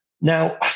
Now